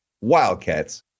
Wildcats